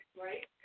Right